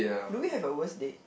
do we have a worst date